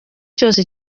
cyose